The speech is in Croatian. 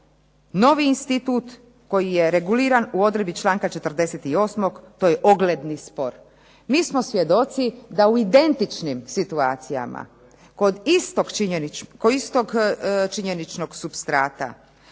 novi institut koji je reguliran u odredbi članka 48., to je ogledni spor. Mi smo svjedoci da u identičnim situacijama kod istog činjeničnog supstrata,